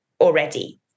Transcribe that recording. already